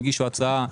הגישו הצעה,